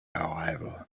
arrival